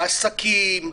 העסקים,